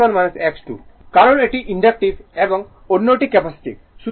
কারণ এটি ইন্ডাক্টিভ এবং অন্যটি ক্যাপাসিটিভ